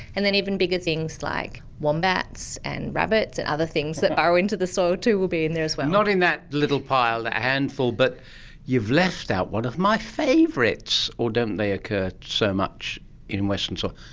and then even bigger things like wombats and rabbits and other things that burrow into the soil too will be in there as well. not in that little pile, that handful. but you've left out one of my favourites, or don't they occur so much in western soil,